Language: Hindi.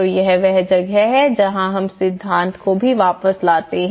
तो यह वह जगह है जहां हम सिद्धांत को भी वापस लाते हैं